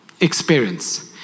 experience